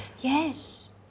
yes